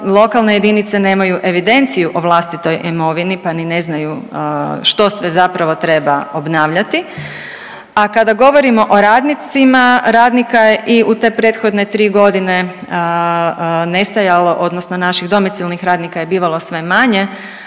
lokalne jedinice nemaju evidenciju o vlastitoj imovini, pa ni ne znaju što sve zapravo treba obnavljati. A kada govorimo o radnicima, radnika je i u te prethodne 3.g. nestajalo odnosno naših domicilnih radnika je bivalo sve manje,